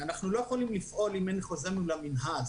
אנחנו לא יכולים לפעול אם אין חוזה מול המנהל.